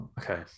Okay